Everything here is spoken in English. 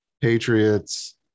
Patriots